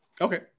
Okay